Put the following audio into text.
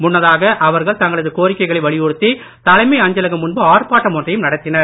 முன்னதாக அவர்கள் தங்களது கோரிக்கைகளை வலியுறுத்தி தலைமை அஞ்சலகம் முன்பு ஆர்ப்பாட்டம் ஒன்றையும் நடத்தினர்